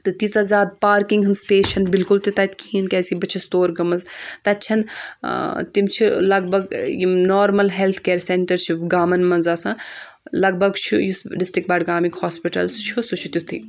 تہٕ تیٖژاہ زیادٕ پارکِنٛگ ہٕنٛز سٕپَیس بِلکُل تہِ تَتہِ کِہیٖنۍ کیٛازِکہِ بہٕ چھَس تور گٔمٕژ تَتہِ چھَنہٕ تِم چھِ لگ بگ یِم نارمَل ہیٚلتھ کِیر سیٚنٹَر چھِ گامَن منٛز آسان لگ بگ چھُ یُس ڈِسٹِرٛک بَڈگامِکۍ ہاسپِٹَل چھُ سُہ چھُ تیُتھُے